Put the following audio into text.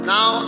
Now